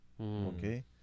Okay